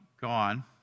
gone